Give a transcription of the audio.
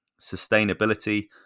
sustainability